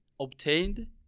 obtained